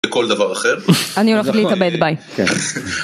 כל דבר אחר. אני הולכת להתאבד ביי